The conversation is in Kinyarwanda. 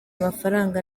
mafaranga